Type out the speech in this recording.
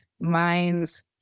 minds